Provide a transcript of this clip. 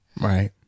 right